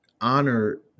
honor